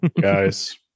Guys